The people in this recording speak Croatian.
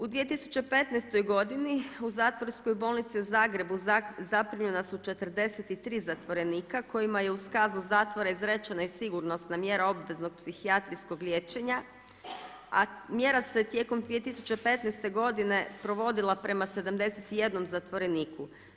U 2015. godini u zatvorskoj bolnici u Zagrebu zaprimljena su 43 zatvorenika kojima je uz kaznu zatvora izrečena i sigurnosna mjera obveznog psihijatrijskog liječenja a mjera se tijekom 2015. godine provodila prema 71 zaposleniku.